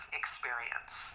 experience